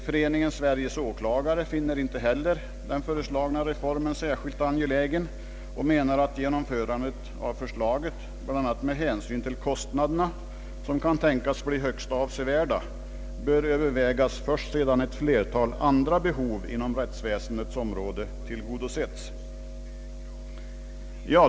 Föreningen Sveriges åklagare finner inte heller den föreslagna reformen särskilt angelägen och menar, ati genomförandet av förslaget bl.a. med hänsyn till kostnaderna, som kan tänkas bli högst avsevärda, bör övervägas först sedan ett flertal andra behov inom rättsväsendets område tillgodosetts.